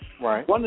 Right